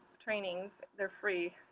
training. they're free,